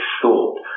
thought